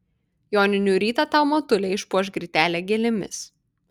joninių rytą tau motulė išpuoš grytelę gėlėmis